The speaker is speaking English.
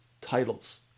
titles